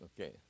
Okay